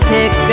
Pick